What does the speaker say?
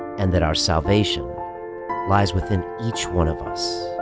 and that our salvation lies within each one of us.